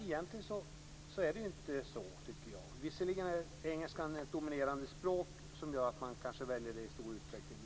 Egentligen är det inte det, tycker jag. Visserligen är engelskan ett dominerande språk som gör att man väljer det i stor utsträckning.